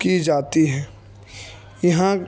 کی جاتی ہے یہاں